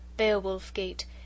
Beowulf-gate